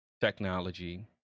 technology